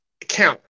count